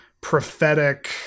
prophetic